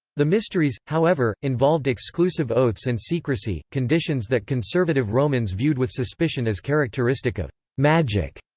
the mysteries, however, involved exclusive oaths and secrecy, conditions that conservative romans viewed with suspicion as characteristic of magic,